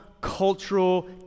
cultural